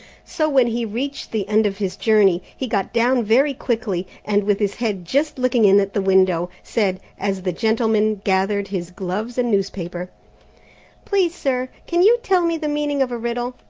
so, when he reached the end of his journey, he got down very quickly, and with his head just looking in at the window, said, as the gentleman gathered his gloves and newspapers please, sir, can you tell me the meaning of a riddle?